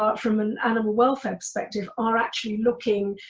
but from an animal welfare perspective are actually looking,